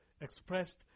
expressed